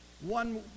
one